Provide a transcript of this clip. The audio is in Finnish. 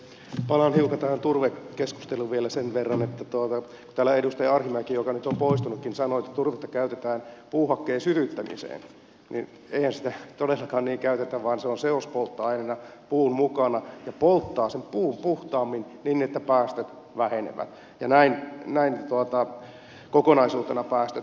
palaan hiukan tähän turvekeskusteluun vielä sen verran että kun täällä edustaja arhinmäki joka nyt on poistunutkin sanoi että turvetta käytetään puuhakkeen sytyttämiseen niin eihän sitä todellakaan niin käytetä vaan se on seospolttoaineena puun mukana ja polttaa sen puun puhtaammin niin että päästöt vähenevät ja näin kokonaisuutena päästöt vähenevät